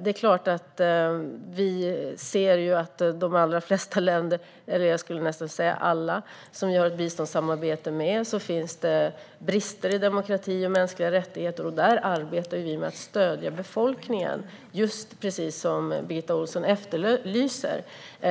Det är klart att vi ser att i de allra flesta länder, jag skulle nästan säga alla, som vi har ett biståndssamarbete med finns det brister i demokrati och mänskliga rättigheter. Där arbetar vi med att stödja befolkningen, just som Birgitta Ohlsson efterlyser. Det